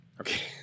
Okay